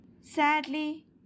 Sadly